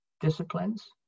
disciplines